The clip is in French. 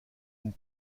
une